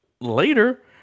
later